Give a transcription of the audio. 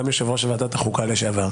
גם יושב-ראש ועדת החוקה לשעבר,